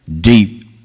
deep